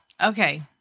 Okay